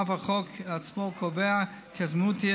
ואף החוק עצמו קובע כי הזמינות תהיה